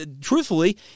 truthfully